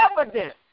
evidence